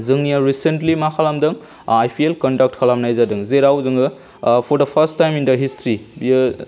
जोंनिया रिसेन्टलि मा खालामदों आइ पि एल कण्डाक्ट खालामनाय जादों जेराव जोङो for the first time in the history बियो